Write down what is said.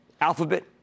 Alphabet